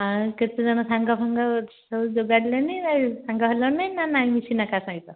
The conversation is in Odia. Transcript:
ଆଉ କେତେ ଜଣ ସାଙ୍ଗ ଫାଙ୍ଗ ସବୁ ଯୋଗାଡ଼ିଲେଣି ଆଉ ନା ସାଙ୍ଗ ହେଲଣି ନା ନାହିଁ ମିଶିନ କାହା ସହିତ